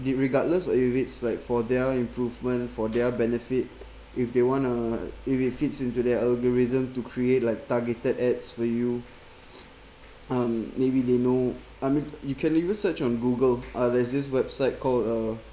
did regardless if it's like for their improvement for their benefit if they want to if it fits into the algorithm to create like targeted ads for you um maybe they know I mean you can even search on google uh there's this website called uh